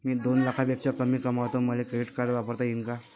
मी दोन लाखापेक्षा कमी कमावतो, मले क्रेडिट कार्ड वापरता येईन का?